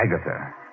Agatha